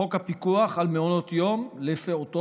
חוק הפיקוח על מעונות יום לפעוטות